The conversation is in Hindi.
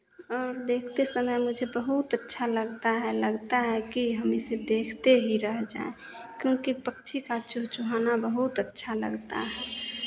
और देखते समय मुझे बहुत अच्छा लगता है लगता है कि हम इसे देखते ही रह जाएं क्योंकि पक्षी का चुहचुहाना बहुत अच्छा लगता है